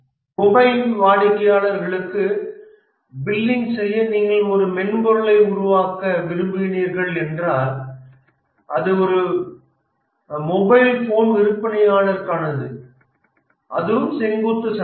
mobile வாடிக்கையாளர்களுக்கு billing செய்ய நீங்கள் ஒரு மென்பொருளை உருவாக்க விரும்புகிறீர்கள் என்று சொன்னால் அது மொபைல் போன் விற்பனையாளர்களுக்கானது அதுவும் செங்குத்து சந்தை